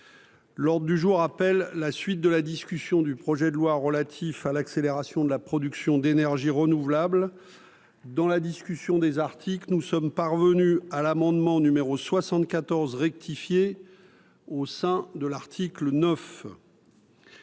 L'ordre du jour appelle la suite de la discussion du projet de loi relatif à l'accélération de la production d'énergies renouvelables dans la discussion des articles que nous sommes parvenus à l'amendement numéro 74 rectifié au sein de l'article 9.